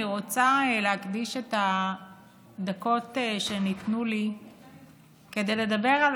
אני רוצה להקדיש את הדקות שניתנו לי כדי לדבר על